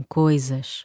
coisas